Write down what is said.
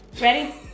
ready